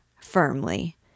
firmly